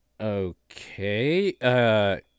Okay